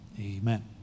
amen